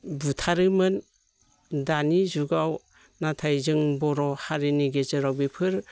बुथारोमोन दानि जुगाव नाथाय जों बर'हारिनि गेजेराव बेफोर